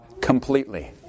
completely